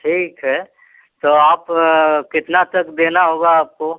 ठीक है तो आप कितना तक देना होगा आपको